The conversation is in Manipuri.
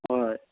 ꯍꯣꯏ